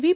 V